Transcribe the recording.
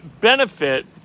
benefit